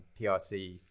prc